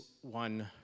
one